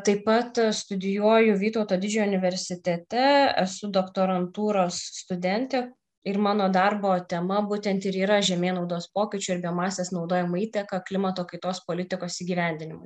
taip pat studijuoju vytauto didžiojo universitete esu doktorantūros studentė ir mano darbo tema būtent ir yra žemėnaudos pokyčių ir biomasės naudojimo įtaka klimato kaitos politikos įgyvendinimui